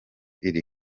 iri